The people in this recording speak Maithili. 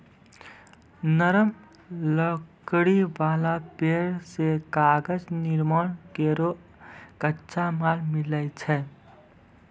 नरम लकड़ी वाला पेड़ सें कागज निर्माण केरो कच्चा माल मिलै छै